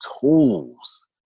tools